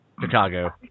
Chicago